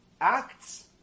acts